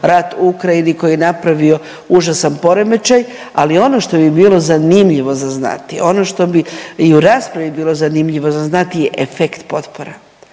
rat u Ukrajini koji je napravio užasan poremećaj, ali ono što bi bilo zanimljivo za znati, ono što bi i u raspravi bilo zanimljivo za znati je efekt potpora.